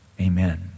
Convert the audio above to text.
Amen